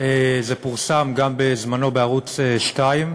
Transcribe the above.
זה פורסם בזמנו גם בערוץ 2,